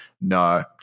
no